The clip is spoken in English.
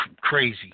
crazy